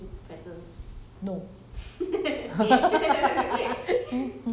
多好 no more gambling no more drinking